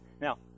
Now